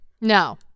No